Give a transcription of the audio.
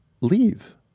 leave